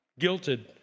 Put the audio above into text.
guilted